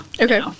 okay